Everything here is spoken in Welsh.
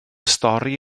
stori